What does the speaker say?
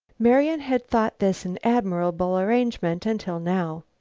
marian had thought this an admirable arrangement until now.